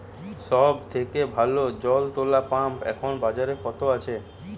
সব থেকে ভালো জল তোলা পাম্প এখন বাজারে কত আছে?